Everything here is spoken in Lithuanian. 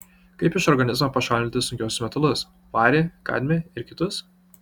kaip iš organizmo pašalinti sunkiuosius metalus varį kadmį ir kitus